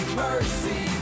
mercy